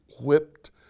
whipped